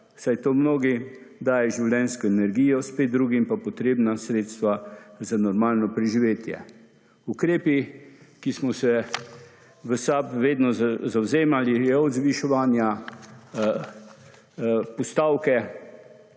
saj to mnogim daje življenjsko energijo, spet drugim pa potrebna sredstva za normalo preživetje. Ukrepi, ki smo se v SAB vedno zavzemali je od zviševanja postavke